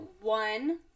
one